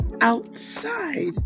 outside